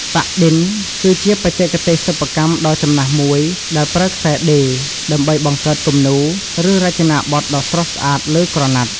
ប៉ាក់-ឌិន គឺជាបច្ចេកទេសសិប្បកម្មដ៏ចំណាស់មួយដែលប្រើខ្សែដេរ ដើម្បីបង្កើតគំនូរ ឬរចនាបថដ៏ស្រស់ស្អាតលើក្រណាត់។